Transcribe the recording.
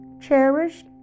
cherished